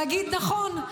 להגיד: נכון,